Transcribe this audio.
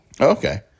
Okay